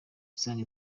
isanga